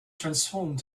transformed